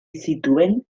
zituen